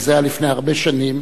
וזה היה לפני הרבה שנים,